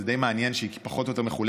זה די מעניין שהיא פחות או יותר מחולקת